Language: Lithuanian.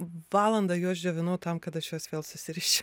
valandą juos džiovinau tam kad aš juos vėl susiriščia